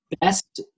best